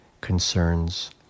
concerns